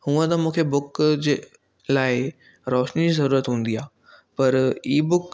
हूंअ त मूंखे बुक जे लाइ रोशनी जी ज़रूरत हूंदी आहे पर ई बुक